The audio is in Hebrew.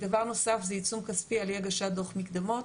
דבר נוסף זה עיצום כספי על אי הגשת דוח מקדמות.